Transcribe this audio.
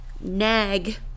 nag